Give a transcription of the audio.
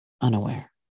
unaware